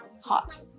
hot